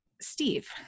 Steve